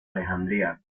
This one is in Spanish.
alejandría